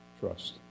Trust